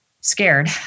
scared